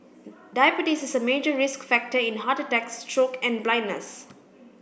diabetes is a major risk factor in heart attacks stroke and blindness